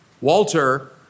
Walter